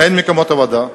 אין מקומות עבודה.